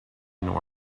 nor